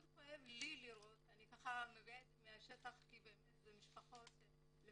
מאוד כואב לי לראות אני מביאה את זה מהשטח כי זה משפחות גם,